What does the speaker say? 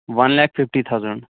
one lakh fifty thousand